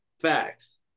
Facts